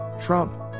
Trump